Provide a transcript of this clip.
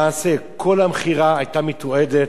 למעשה כל המכירה היתה מתועדת,